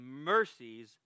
mercies